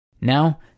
Now